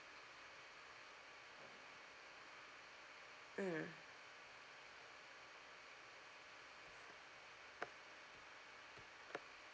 mm